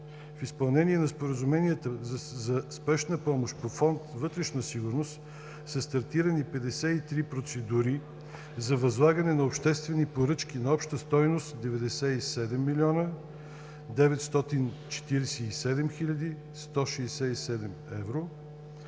в изпълнение на споразуменията за спешна помощ по фонд „Вътрешна сигурност“ са стартирани 53 процедури за възлагане на обществени поръчки на обща стойност 97 млн. 947 хил. 167 евро.